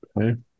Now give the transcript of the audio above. Okay